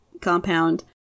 compound